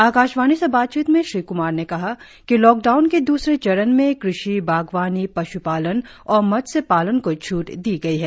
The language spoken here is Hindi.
आकाशवाणी से बातचीत में श्री क्मार ने कहा कि लॉकडाउन के दूसरे चरण में कृषि बागवानी पश्पालन और मत्स्य पालन को छूट दी गई है